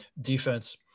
defense